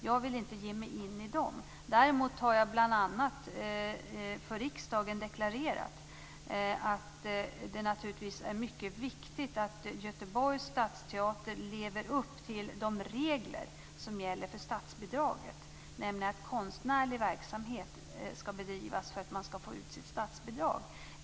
Jag vill inte ge mig in i de förhandlingarna. Däremot har jag bl.a. för riksdagen deklarerat att det naturligtvis är mycket viktigt att Göteborgs Stadsteater lever upp till de regler som gäller för statsbidraget, nämligen att konstnärlig verksamhet skall bedrivas för att man skall få ut sitt statsbidrag.